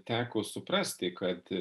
teko suprasti kad